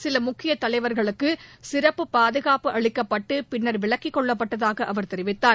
சில முக்கிய தலைவா்களுக்கு சிறப்பு பாதுகாப்பு அளிக்கப்பட்டு பின்னர் விலக்கிக் கொள்ளப்பட்டதாக அவர் தெரிவித்தார்